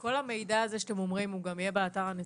כל המידע הזה שאתם אומרים, גם יהיה באתר הנציבות?